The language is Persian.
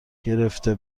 گرفته